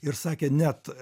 ir sakė net